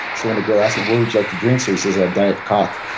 so when the girl asked him what would you like to drink, so he says a diet cock.